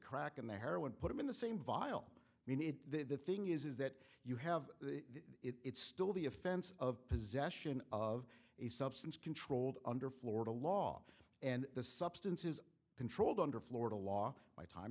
crack in the heroin put him in the same vile i mean it the thing is is that you have it's still the offense of possession of a substance controlled under florida law and the substance is controlled under florida law my time